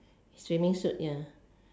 swimming suit ya